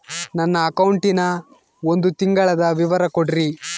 ನನ್ನ ಅಕೌಂಟಿನ ಒಂದು ತಿಂಗಳದ ವಿವರ ಕೊಡ್ರಿ?